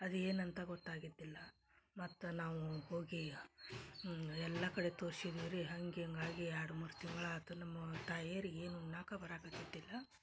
ಅದು ಏನಂತ ಗೊತ್ತಾಗಿದ್ದಿಲ್ಲ ಮತ್ತು ನಾವು ಹೋಗಿ ಎಲ್ಲ ಕಡೆ ತೋರ್ಸಿದಿವ್ರಿ ಹಂಗಿಂಗೆ ಆಗಿ ಎರಡು ಮೂರು ತಿಂಗ್ಳಾತು ನಮ್ಮ ತಾಯಿಯರಿಗೆ ಏನು ಉಣ್ಣಾಕ ಬರಾಕತ್ತಿದ್ದಿಲ್ಲ